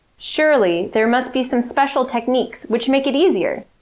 surely there must be some special techniques which make it easier,